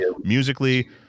musically